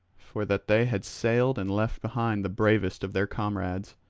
for that they had sailed and left behind the bravest of their comrades.